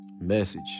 message